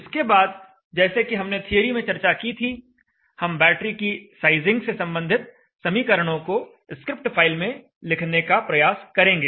इसके बाद जैसे कि हमने थियरी में चर्चा की थी हम बैटरी की साइजिंग से संबंधित समीकरणों को स्क्रिप्ट फाइल में लिखने का प्रयास करेंगे